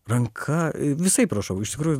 ranka visaip rašau iš tikrųjų